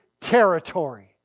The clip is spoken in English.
territory